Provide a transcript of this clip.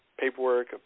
paperwork